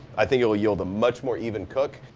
i think it will yield a much more even cook.